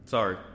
Sorry